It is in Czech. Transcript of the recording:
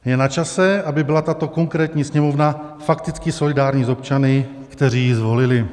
Je načase, aby byla tato konkrétní Sněmovna fakticky solidární s občany, kteří ji zvolili.